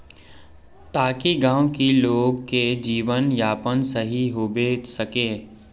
ताकि गाँव की लोग के जीवन यापन सही होबे सके?